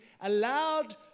allowed